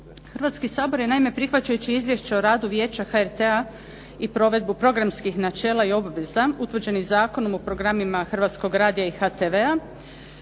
Hrvatski sabor je naime prihvaćajući Izvješće o radu Vijeća HRT-a i provedbu programskih načela i obveza, utvrđenih Zakonom o programima Hrvatskog radija i HTV-a